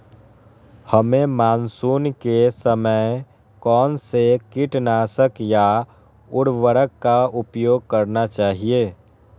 हमें मानसून के समय कौन से किटनाशक या उर्वरक का उपयोग करना चाहिए?